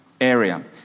area